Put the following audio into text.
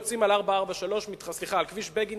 יוצאים על כביש בגין,